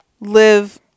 live